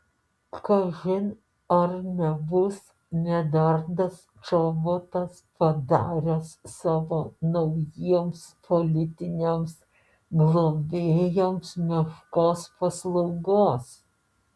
kažin ar nebus medardas čobotas padaręs savo naujiems politiniams globėjams meškos paslaugos